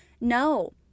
No